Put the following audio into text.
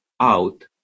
out